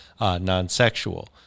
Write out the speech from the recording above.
non-sexual